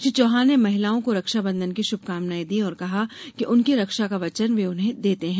श्री चौहान ने महिलाओं को रक्षाबंधन की शुभकामनाएं दी और कहा कि उनकी रक्षा का वचन वे उन्हें देते हैं